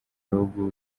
bihugu